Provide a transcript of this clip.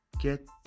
get